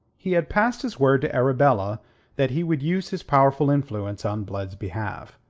he had passed his word to arabella that he would use his powerful influence on blood's behalf.